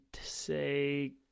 say –